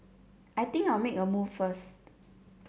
I think I'll make a move first